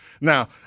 Now